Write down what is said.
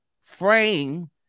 frame